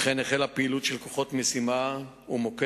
וכן החלה פעילות של כוחות משימה ומוקד